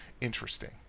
Interesting